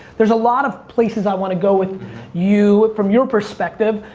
there's a lot of places i wanna go with you, from your perspective,